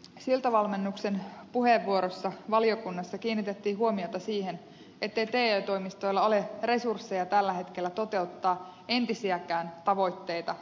esimerkiksi siltavalmennuksen puheenvuorossa valiokunnassa kiinnitettiin huomiota siihen ettei te toimistoilla ole resursseja tällä hetkellä toteuttaa entisiäkään tavoitteita